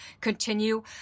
continue